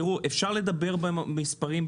אפשר לדבר במספרים,